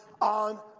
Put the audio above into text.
on